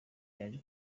yaje